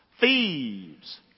thieves